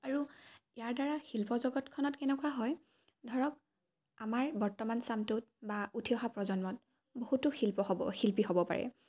আৰু ইয়াৰ দ্বাৰা শিল্প জগতখনত কেনেকুৱা হয় ধৰক আমাৰ বৰ্তমান চামটোত বা উঠি অহা প্ৰজন্মত বহুতো শিল্প হ'ব শিল্পী হ'ব পাৰে